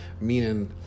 Meaning